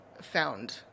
found